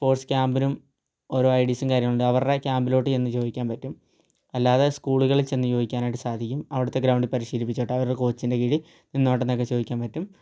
sports ക്യാമ്പിനും ഓരോ IDs കാര്യങ്ങളുണ്ട് അവരുടെ ക്യാമ്പിലോട്ട് ചെന്ന് ചോദിക്കാൻ പറ്റും അല്ലാതെ സ്കൂളുകളിൽ ചെന്ന് ചോദിക്കാനായിട്ട് സാധിക്കും അവിടുത്തെ ഗ്രൗണ്ടിൽ പരിശീലിപ്പിച്ചോട്ടെ അവരുടെ കോച്ചിൻ്റെ കീഴിൽ നിന്നോട്ടെ എന്നൊക്കെ ചോദിക്കാൻ പറ്റും